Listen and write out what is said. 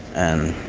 and